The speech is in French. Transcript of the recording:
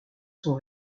sont